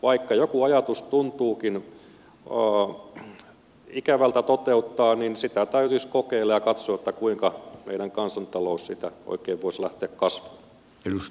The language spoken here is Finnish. vaikka joku ajatus tuntuukin ikävältä toteuttaa niin sitä täytyisi kokeilla ja katsoa että kuinka meidän kansantalous siitä oikein voisi lähteä kasvuun